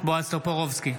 בועז טופורובסקי,